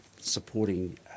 supporting